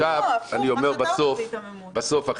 בסוף,